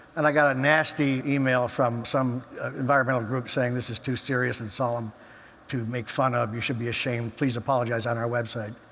and i got a nasty email from some environmental group saying, this is too serious and solemn to make fun of. you should be ashamed, please apologize on our website.